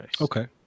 Okay